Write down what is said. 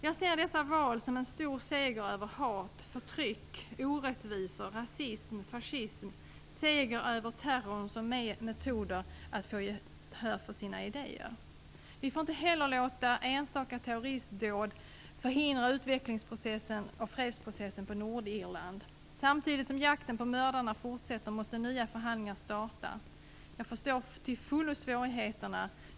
Jag ser dessa val som en stor seger över hat, förtryck, orättvisor, rasism, fascism och seger över terrorns metoder att få gehör för sina idéer. Vi får inte heller låta enstaka terroristdåd förhindra utvecklingsprocessen och fredsprocessen på Nordirland. Samtidigt som jakten på mördarna fortsätter måste nya förhandlingar starta. Jag förstår till fullo svårigheterna.